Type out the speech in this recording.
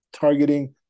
targeting